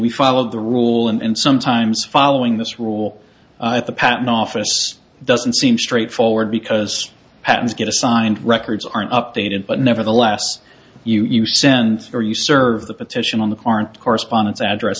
we followed the rule and sometimes following this rule at the patent office doesn't seem straightforward because patents get assigned records aren't updated but nevertheless you send or you serve the petition on the current correspondence address